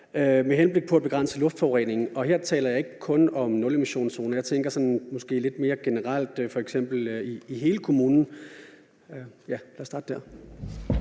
med henblik på at begrænse luftforureningen, og her taler jeg ikke kun om nulemissionszoner. Jeg tænker sådan måske lidt mere generelt, f.eks. i hele kommunen – ja, lad os starte dér,